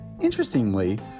Interestingly